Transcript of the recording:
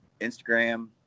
Instagram